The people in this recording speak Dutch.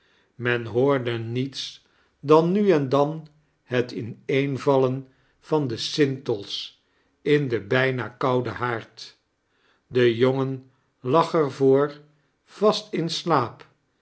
men hoorde niets dan nu en dan het ineenvallen van de sintels in den bijna kouden haard de jongen lag er voor vaist in slaap